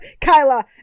Kyla